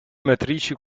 matrici